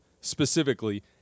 specifically